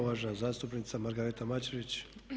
Uvažena zastupnica Margareta Mađerić.